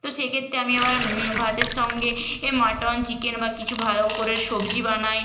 তো সেইক্ষেত্রে আমি আবার ভাতের সঙ্গে এ মাটন চিকেন বা কিছু ভালো করে সবজি বানাই